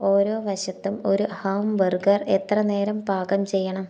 ഓരോ വശത്തും ഒരു ഹാംബർഗർ എത്ര നേരം പാകം ചെയ്യണം